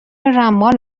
رمال